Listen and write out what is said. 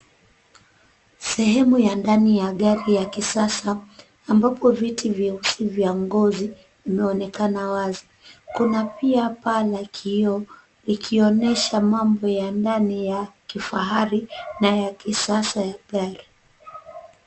Sehemu ya ndani ya gari ya kisasa ambapo viti vyeusi vya ngozi vinaonekana wazi. Kuna pia paa la kioo ikionyesha mambo ya ndani ya kifahari na ya kisasa ya gari.